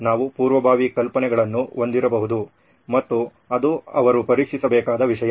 ನಾವು ಪೂರ್ವಭಾವಿ ಕಲ್ಪನೆಗಳನ್ನು ಹೊಂದಿರಬಹುದು ಮತ್ತು ಅದು ಅವರು ಪರೀಕ್ಷಿಸಬೇಕಾದ ವಿಷಯ